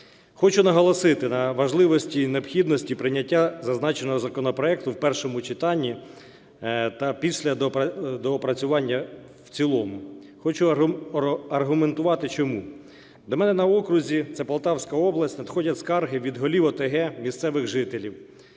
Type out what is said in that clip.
Хочу наголосити на важливості і необхідності прийняття зазначеного законопроекту в першому читанні та після доопрацювання в цілому. Хочу аргументувати, чому. До мене на окрузі (це Полтавська область) надходять скарги від голів ОТГ, місцевих жителів